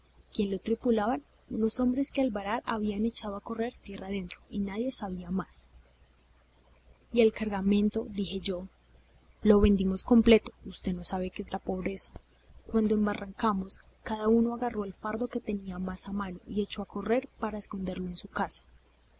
quiénes lo tripulaban unos hombres que al varar habían echado a correr tierra adentro y nadie sabía más y el cargamento dije yo lo vendimos completo usted no sabe lo que es la pobreza cuando embarrancamos cada uno agarró el fardo que tenía más a mano y echó a correr para esconderlo en su casa